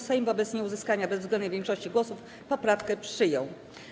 Sejm wobec nieuzyskania bezwzględnej większości głosów poprawkę przyjął.